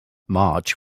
march